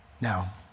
Now